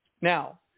Now